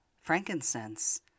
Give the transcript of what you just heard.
frankincense